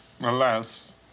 alas